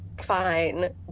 fine